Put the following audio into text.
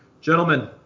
gentlemen